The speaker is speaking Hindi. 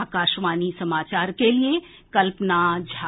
आकाशवाणी समाचार के लिए कल्पना झा